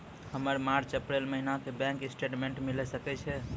हमर मार्च अप्रैल महीना के बैंक स्टेटमेंट मिले सकय छै?